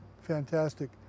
fantastic